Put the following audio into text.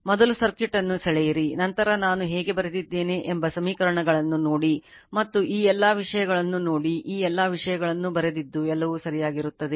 ಮೊದಲು ಸರ್ಕ್ಯೂಟ್ ಅನ್ನು ಸೆಳೆಯಿರಿ ನಂತರ ನಾನು ಹೇಗೆ ಬರೆದಿದ್ದೇನೆ ಎಂಬ ಸಮೀಕರಣಗಳನ್ನು ನೋಡಿ ಮತ್ತು ಈ ಎಲ್ಲ ವಿಷಯಗಳನ್ನು ನೋಡಿ ಈ ಎಲ್ಲ ವಿಷಯಗಳನ್ನು ಬರೆದದ್ದು ಎಲ್ಲವೂ ಸರಿಯಾಗಿರುತ್ತದೆ